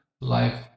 life